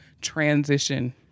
transition